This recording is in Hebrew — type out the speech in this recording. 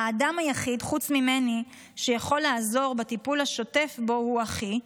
האדם היחיד חוץ ממני שיכול לעזור בטיפול השוטף בו הוא אחי,